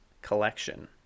collection